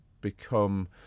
become